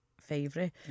favourite